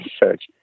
research